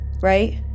right